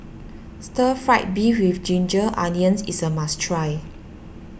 Stir Fried Beef with Ginger Onions is a must try